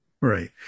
Right